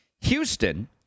Houston